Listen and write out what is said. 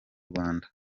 rwanda